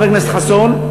חבר הכנסת חסון,